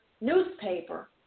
newspaper